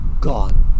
gone